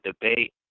debate